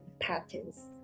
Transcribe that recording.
patterns